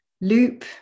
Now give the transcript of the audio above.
loop